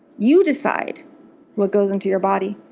you decide what goes into your body.